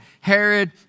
Herod